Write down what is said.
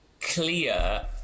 clear